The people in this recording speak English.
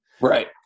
Right